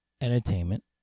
Entertainment